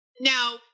Now